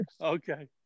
Okay